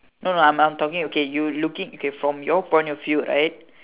no no I'm I'm talking okay you looking okay from your point of view right